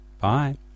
bye